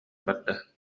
барда